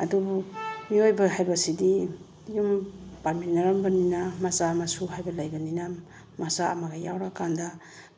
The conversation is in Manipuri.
ꯑꯗꯨꯕꯨ ꯃꯤꯑꯣꯏꯕ ꯍꯥꯏꯕꯁꯤꯗꯤ ꯌꯨꯝ ꯄꯥꯟꯃꯤꯟꯅꯔꯝꯕꯅꯤꯅ ꯃꯆꯥ ꯃꯁꯨ ꯍꯥꯏꯕ ꯂꯩꯕꯅꯤꯅ ꯃꯆꯥ ꯑꯃꯒ ꯌꯥꯎꯔ ꯀꯥꯟꯗ